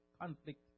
conflict